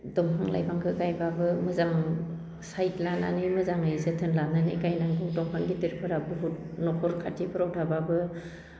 दंफां लाइफांखो गायब्लाबो जों साइड लानानै मोजाङै जोथोन लानानै गायनांगौ दंफां गिदिरफोराव बुहुद न'खर खाथिफोराव थाब्लाबो